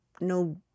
no